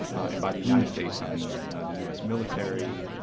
and by the united states, i mean the u s. military,